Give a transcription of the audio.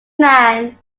man